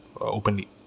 openly